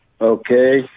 Okay